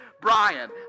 Brian